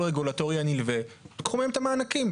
הרגולטורי הנלווה תיקחו מהם את המענקים,